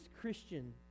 Christian